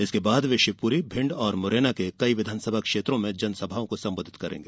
इसके बाद वे शिवपुरी भिंड और मुरैना के कई विधानसभा क्षेत्रों में जनसभाओं को संबोधित करेंगे